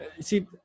See